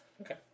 Okay